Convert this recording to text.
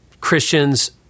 Christians